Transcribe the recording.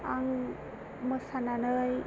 आं मोसानानै